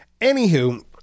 Anywho